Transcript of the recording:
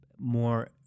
more